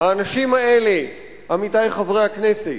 האנשים האלה, עמיתי חברי הכנסת,